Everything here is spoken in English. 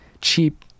cheap